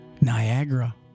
Niagara